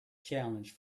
challenge